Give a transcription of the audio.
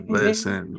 listen